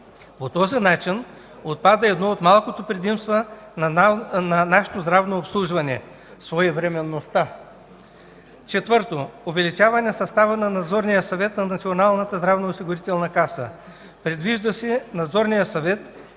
По този начин отпада едно от малкото предимства на нашето здравно обслужване – своевременността. Четвърто. Увеличаване състава на Надзорния съвет на Националната здравноосигурителна каса. Предвижда се Надзорният съвет